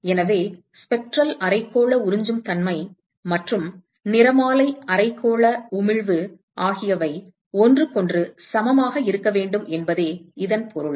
எனவே ஸ்பெக்ட்ரல் அரைக்கோள உறிஞ்சும் தன்மை மற்றும் நிறமாலை அரைக்கோள உமிழ்வு ஆகியவை ஒன்றுக்கொன்று சமமாக இருக்க வேண்டும் என்பதே இதன் பொருள்